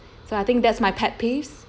so I think that's my pet peeves